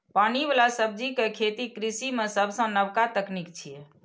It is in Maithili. पानि बला सब्जी के खेती कृषि मे सबसं नबका तकनीक छियै